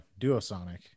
Duosonic